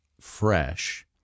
fresh